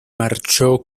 marchó